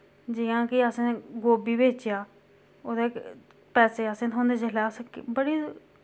जि'यां कि असैं गोभी बेचेआ उदे पैसे असें थोंदे जिसलै अस बड़ी